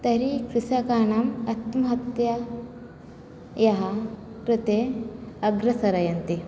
तर्हि कृषकाणाम् आत्महत्यायाः कृते अग्रे सारयन्ति